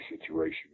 situation